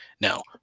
Now